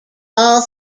all